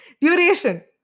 Duration